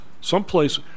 Someplace